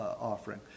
offering